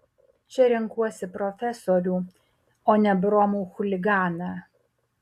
čia renkuosi profesorių o ne bromų chuliganą